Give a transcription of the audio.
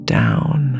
down